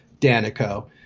Danico